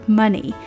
money